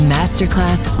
Masterclass